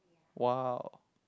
!wow!